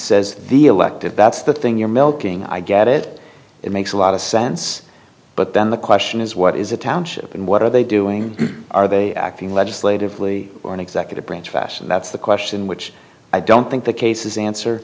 says the elected that's the thing you're milking i get it it makes a lot of sense but then the question is what is the township and what are they doing are they acting legislatively or an executive branch fashion that's the question which i don't think the case is answer